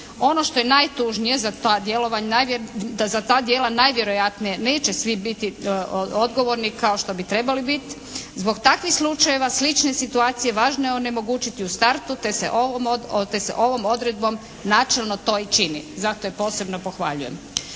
Ono što je najtužnije da za ta djela najvjerojatnije neće svi biti odgovorni kao što bi trebali biti. Zbog takvih slučajeva slične situacije važno je onemogućiti u startu te se ovom odredbom načelno to i čini, zato je posebno pohvaljujem.